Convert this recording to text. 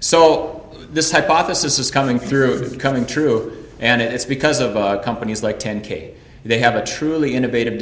so this hypothesis is coming through coming true and it's because of companies like ten k they have a truly innovative